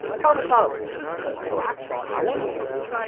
come come, she says or i wouldn't now.